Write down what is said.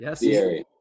Yes